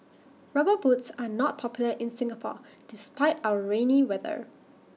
rubber boots are not popular in Singapore despite our rainy weather